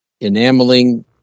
Enameling